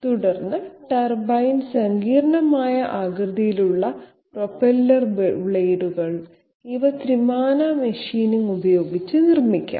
തുടർന്ന് ടർബൈൻ സങ്കീർണ്ണമായ ആകൃതിയിലുള്ള പ്രൊപ്പല്ലർ ബ്ലേഡുകൾ ഇവ ത്രിമാന മെഷീനിംഗ് ഉപയോഗിച്ച് നിർമ്മിക്കാം